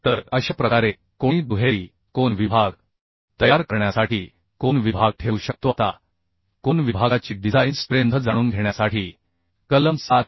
तर अशा प्रकारे कोणी दुहेरी कोन विभाग तयार करण्यासाठी कोन विभाग ठेवू शकतो आता कोन विभागाची डिझाइन स्ट्रेंथ जाणून घेण्यासाठी कलम 7